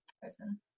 person